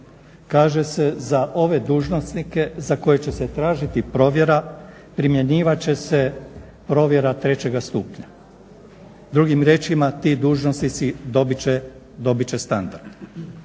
Kaže se za ove dužnosnike za koje će se tražiti provjera primjenjivat će se provjera 3. stupnja. Drugim riječima ti dužnosnici dobit će standard,